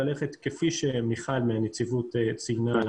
כפי שמיכל מהנציבות ציינה,